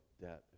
debt